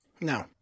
No